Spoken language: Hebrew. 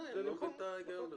אני לא מבין את ההיגיון בזה.